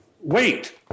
wait